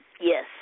Yes